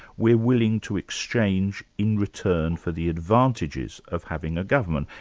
we're willing to exchange in return for the advantages of having a government.